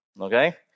okay